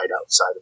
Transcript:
outside